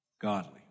godly